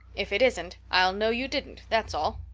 if it isn't i'll know you didn't, that's all!